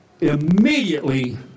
immediately